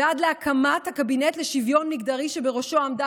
ועד להקמת הקבינט לשוויון מגדרי, שבראשו עמדה